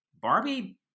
Barbie